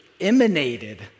emanated